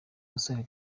musore